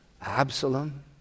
Absalom